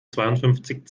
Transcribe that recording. zweiundfünfzig